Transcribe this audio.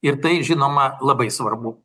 ir tai žinoma labai svarbu